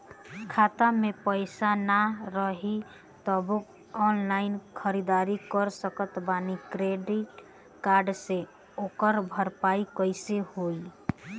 खाता में पैसा ना रही तबों ऑनलाइन ख़रीदारी कर सकत बानी क्रेडिट कार्ड से ओकर भरपाई कइसे होई?